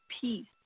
peace